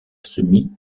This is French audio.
semi